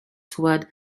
toward